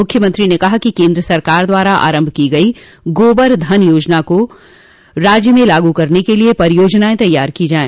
मुख्यमंत्री ने कहा कि केन्द्र सरकार द्वारा आरम्भ की गई गोबर धन योजना को राज्य में लागू करने के लिये परियोजनाएं तैयार की जाये